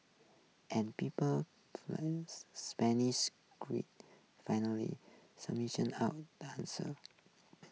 and people Spanish finally out the answer